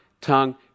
tongue